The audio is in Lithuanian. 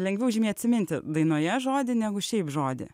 lengviau žymiai atsiminti dainoje žodį negu šiaip žodį